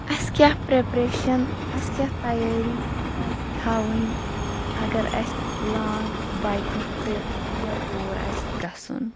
اسہِ کیاہ پرٛیپریشن اسہِ کیاہ تیٲری پَزِ تھاوٕنۍ اگر اَسہِ لانٛگ بایِکِنٛگ ٹِرٛپ یا ٹوٗر آسہِ گَژھُن